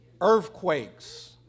earthquakes